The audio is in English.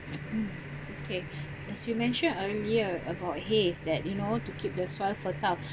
mm okay as you mentioned earlier about haze that in order to keep the soil fertile